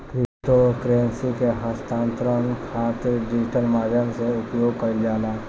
crypto currency के हस्तांतरण खातिर डिजिटल माध्यम से उपयोग कईल जाला